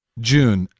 june,